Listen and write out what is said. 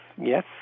Yes